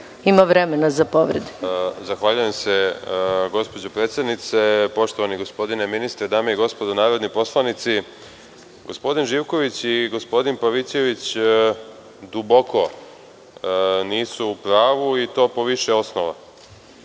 Martinović** Zahvaljujem se, gospođo predsednice. Poštovani gospodine ministre, dame i gospodo narodni poslanici, gospodin Živković i gospodin Pavićević duboko nisu u pravu i to po više osnova. Prvo,